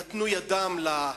נתנו יד להיטלר,